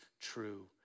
true